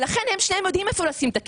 לכן הם יודעים איפה לשים את הכסף.